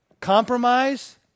Compromise